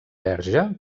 verge